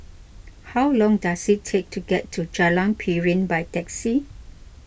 how long does it take to get to Jalan Piring by taxi